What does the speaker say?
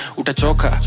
utachoka